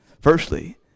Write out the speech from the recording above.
Firstly